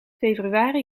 februari